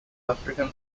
african